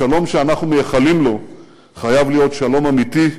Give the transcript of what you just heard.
השלום שאנחנו מייחלים לו חייב להיות שלום אמיתי,